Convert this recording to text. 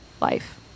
life